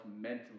mentally